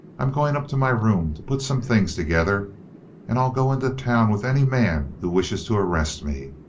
i'm going up to my room to put some things together and i'll go into town with any man who wishes to arrest me.